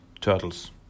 Turtles